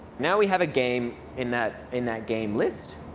now we have a game in that in that game list.